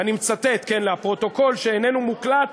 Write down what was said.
ואני מצטט, כן, לפרוטוקול שאיננו מוקלט,